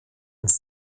ins